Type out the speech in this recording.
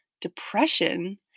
depression